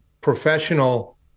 professional